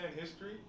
history